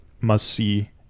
must-see